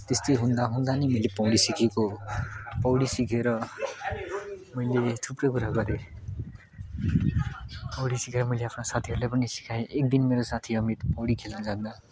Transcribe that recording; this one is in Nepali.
त्यस्तै हुँदा हुँदा नि मैले पौडी सिकेको हो पौडी सिकेर मैले थुप्रै कुरा गरेँ पौडी सिकेर मैले आफ्नो साथीहरूलाई पनि सिकाएँ एकदिन मेरो साथी अमित पौडी खेल्नु जाँदा